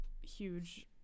huge